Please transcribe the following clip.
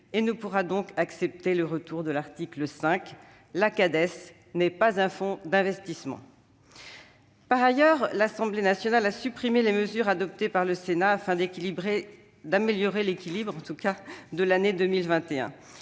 et ne pourra donc accepter le retour de l'article 5. La Caisse n'est pas un fonds d'investissement ! Par ailleurs, l'Assemblée nationale a supprimé les mesures adoptées par le Sénat afin d'améliorer l'équilibre de l'année 2021.